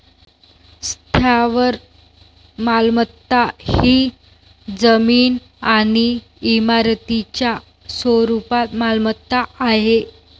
स्थावर मालमत्ता ही जमीन आणि इमारतींच्या स्वरूपात मालमत्ता आहे